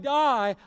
die